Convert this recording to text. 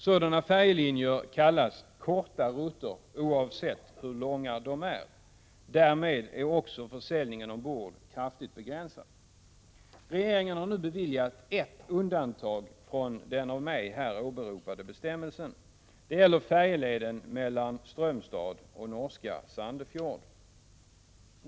Sådana färjelinjer kallas ”korta rutter” oavsett hur långa de är. Därmed är också försäljning ombord kraftigt begränsad. Regeringen har nu beviljat ett undantag från den av mig här åberopade bestämmelsen. Det gäller färjeleden mellan Strömstad och norska Sandefjord.